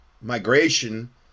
migration